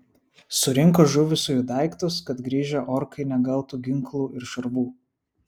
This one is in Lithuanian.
surinko žuvusiųjų daiktus kad grįžę orkai negautų ginklų ir šarvų